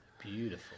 Beautiful